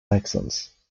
axons